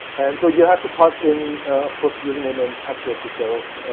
and so you have to pass in of course, username and password yourself,